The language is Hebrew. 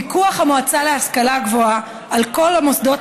פיקוח המועצה להשכלה גבוהה על כל המוסדות